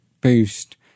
boost